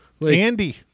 Andy